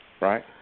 Right